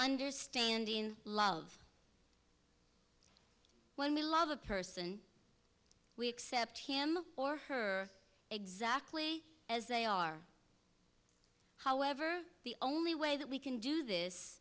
understand in love when we love a person we accept him or her exactly as they are however the only way that we can do this